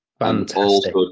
Fantastic